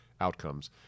outcomes